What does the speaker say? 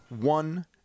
One